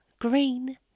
green